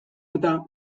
eta